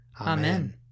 Amen